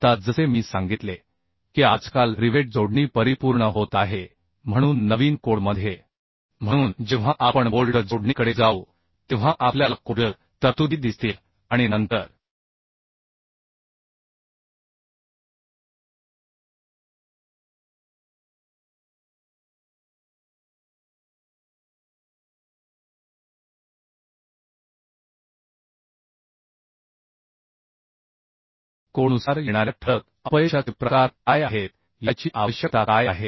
आता जसे मी सांगितले की आजकाल रिवेट जोडणी परिपूर्ण होत आहे म्हणून नवीन कोडमध्ये IS 800 2007 रिवेट रचनेचा तपशील लिमिट स्टेट मेथडमध्ये दिलेला नाही तथापि बोल्ट आणि वेल्डिंगच्या बाबतीत त्याचे स्पष्टपणे वर्णन केले गेले आहे म्हणून जेव्हा आपण बोल्ट जोडणीकडे जाऊ तेव्हा आपल्याला कोडल तरतुदी दिसतील आणि नंतर कोडनुसार येणाऱ्या ठळक अपयशाचे प्रकार काय आहेत याची आवश्यकता काय आहे